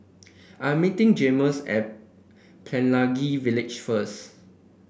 I'm meeting Jaymes at Pelangi Village first